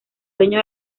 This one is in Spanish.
dueño